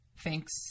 Thanks